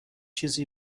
چیزی